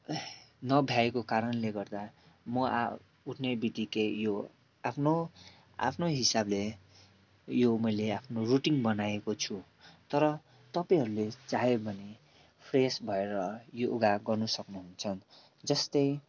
नभ्याएको कारणले गर्दा म आ उठ्ने बित्तिकै यो आफ्नो आफ्नो हिसाबले यो मैले आफ्नो रुटिन बनाएको छु तर तपाईँहरूले चाह्यो भने फ्रेस भएर योगा गर्नु सक्नुहुन्छ जस्तै